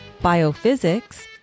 Biophysics